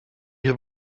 have